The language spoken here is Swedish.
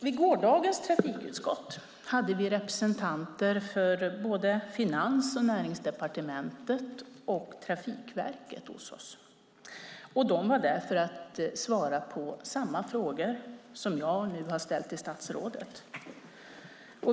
Vid gårdagens möte med trafikutskottet hade vi representanter för både Finans och Näringsdepartementet och Trafikverket hos oss. De var där för att svara på samma frågor som jag nu har ställt till statsrådet.